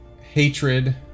hatred